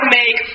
make